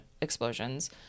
explosions